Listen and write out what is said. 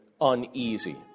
uneasy